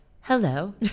hello